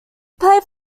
played